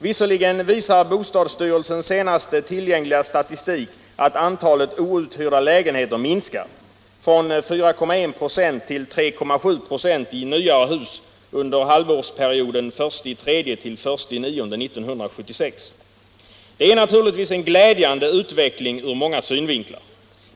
Visserligen visar bostadsstyrelsens senaste tillgängliga statistik att antalet outhyrda lägenheter minskar — från 4,1 96 till 3,7 96 i nyare hus under halvårsperioden den 1 mars till den 1 september 1976. Det är naturligtvis en glädjande utveckling ur många synvinklar.